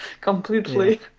completely